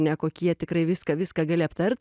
ne kokie tikrai viską viską gali aptart